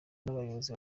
n’abayobozi